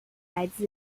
来自